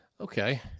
Okay